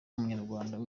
abanyarwanda